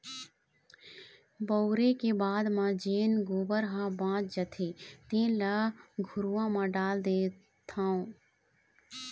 बउरे के बाद म जेन गोबर ह बाच जाथे तेन ल घुरूवा म डाल देथँव